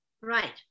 Right